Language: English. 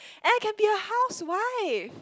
and I can be a housewife